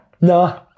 no